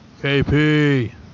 KP